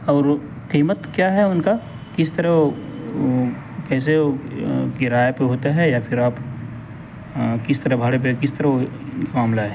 اور قیمت کیا ہے ان کا کس طرح وہ کیسے وہ کرائے پہ ہوتا ہے یا پھر آپ کس طرح بھاڑے پہ کس طرح معاملہ ہے